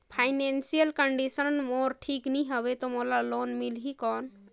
Financial condition मोर ठीक नी हवे तो मोला लोन मिल ही कौन??